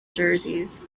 jerseys